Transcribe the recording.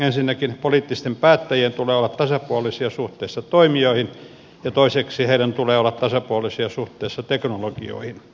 ensinnäkin poliittisten päättäjien tulee olla tasapuolisia suhteessa toimijoihin ja toiseksi heidän tulee olla tasapuolisia suhteessa teknologioihin